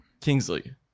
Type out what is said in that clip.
Kingsley